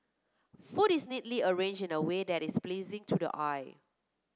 food is neatly arranged in a way that is pleasing to the eye